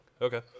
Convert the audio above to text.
Okay